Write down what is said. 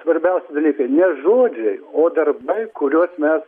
svarbiausi dalykai ne žodžiai o darbai kuriuos mes